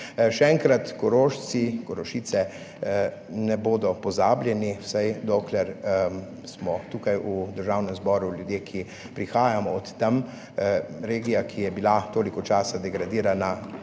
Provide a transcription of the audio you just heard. Še enkrat, Korošci, Korošice ne bodo pozabljeni, vsaj dokler smo tukaj v Državnem zboru ljudje, ki prihajamo od tam. Regija, ki je bila toliko časa degradirana,